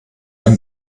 ein